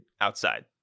outside